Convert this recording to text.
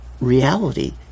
reality